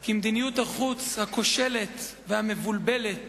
כי מדיניות החוץ הכושלת והמבולבלת